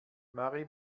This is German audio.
marie